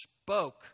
spoke